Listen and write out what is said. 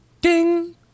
Ding